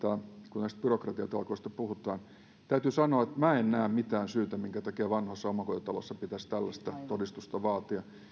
kun näistä byrokratiatalkoista puhutaan täytyy sanoa että minä en näe mitään syytä minkä takia vanhoissa omakotitaloissa pitäisi tällaista todistusta vaatia